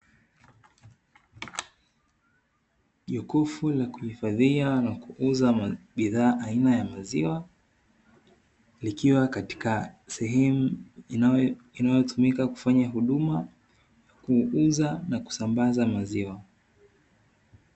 Jokofu la kuhifadhia na kuuza bidhaa aina ya maziwa, likiwa katika sehemu inayotumika kufanya huduma kuuza na kusambaza maziwa.